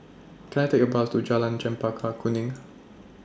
Can I Take A Bus to Jalan Chempaka Kuning